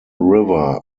river